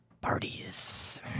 parties